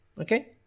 okay